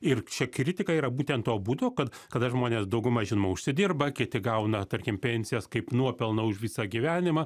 ir čia kritika yra būtent to būdo kad kada žmonės dauguma žinoma užsidirba kiti gauna tarkim pensijas kaip nuopelną už visą gyvenimą